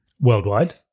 Worldwide